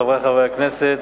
חברי חברי הכנסת,